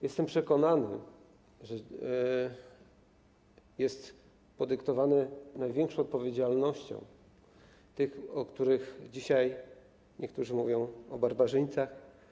Jestem przekonany, że jest to podyktowane największą odpowiedzialnością tych, o których dzisiaj niektórzy mówią jak o barbarzyńcach.